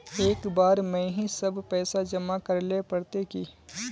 एक बार में ही सब पैसा जमा करले पड़ते की?